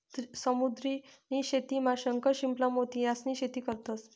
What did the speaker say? समुद्र नी शेतीमा शंख, शिंपला, मोती यास्नी शेती करतंस